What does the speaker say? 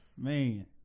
Man